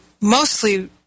mostly